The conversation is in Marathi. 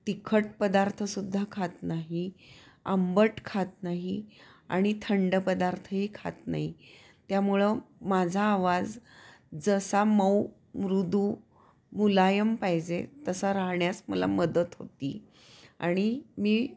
तिखट पदार्थ सुद्धा खात नाही आंबट खात नाही आणि थंड पदार्थही खात नाही त्यामुळं माझा आवाज जसा मऊ मृदू मुलायम पाहिजे तसा राहण्यास मला मदत होते आणि मी